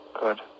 Good